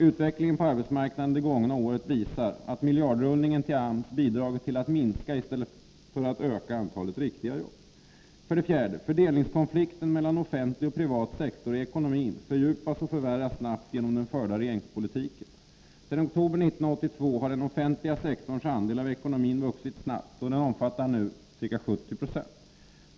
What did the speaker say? Utvecklingen på arbetsmarknaden det gångna året visar att miljardrullningen till AMS bidragit till att minska i stället för att öka antalet riktiga jobb. 4. Fördelningskonflikten mellan offentlig och privat sektor i ekonomin fördjupas och förvärras snabbt genom den förda regeringspolitiken. Sedan oktober 1982 har den offentliga sektorns andel av ekonomin vuxit snabbt och omfattar nu ca 70 76 av den.